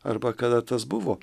arba kada tas buvo